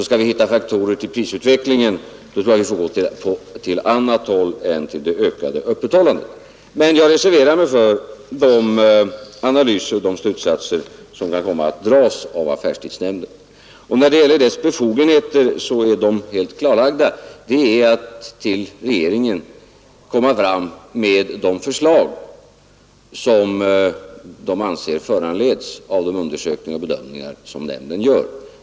Skall vi hitta orsakerna till prisutvecklingen tror jag alltså att vi får gå på annat håll än till det ökade öppethållandet. Men jag reserverar mig för de analyser som kan komma att göras och de slutsatser som kan komma att dras av affärstidsnämnden. När det gäller nämndens befogenheter är de helt klara, nämligen att till regeringen komma fram med de förslag som nämnden anser föranleds av de undersökningar och bedömningar som den gör.